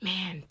Man